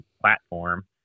platform